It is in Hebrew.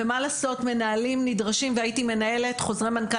ומה לעשות מנהלים נדרשים והייתי מנהלת חוזרי מנכ"ל